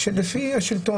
השלטון